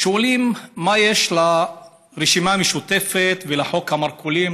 שואלים מה יש לרשימה המשותפת ולחוק המרכולים,